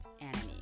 enemy